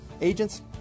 Agents